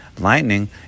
lightning